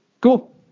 Cool